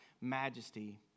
majesty